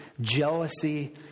jealousy